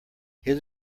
his